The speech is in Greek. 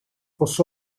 πως